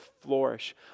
flourish